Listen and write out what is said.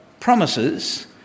Promises